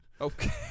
Okay